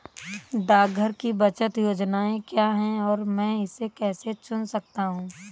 डाकघर की बचत योजनाएँ क्या हैं और मैं इसे कैसे चुन सकता हूँ?